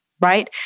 right